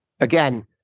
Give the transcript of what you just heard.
again